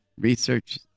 Research